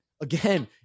Again